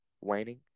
waning